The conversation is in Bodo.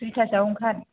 दुइथासोआव ओंखार